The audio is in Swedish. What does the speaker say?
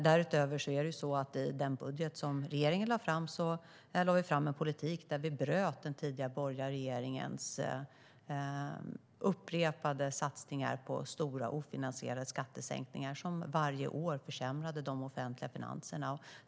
Därutöver är det så att i den budget som regeringen lade fram lade vi fram en politik som innebar att vi bröt den tidigare borgerliga regeringens upprepade satsningar på stora och ofinansierade skattesänkningar som varje år försämrade de offentliga finanserna.